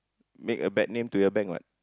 make a bad name to your bank what